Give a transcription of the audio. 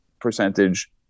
percentage